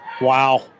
Wow